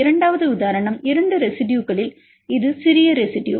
இரண்டாவது உதாரணம் 2 ரெசிடுயுகளில் இது சிறிய ரெசிடுயு